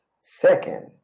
second